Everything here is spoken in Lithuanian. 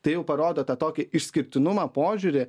tai jau parodo tą tokį išskirtinumą požiūrį